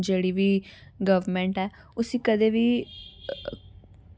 जेह्ड़े डॉक्यूमैंट ऐ उस्सी कदें बी